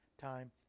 time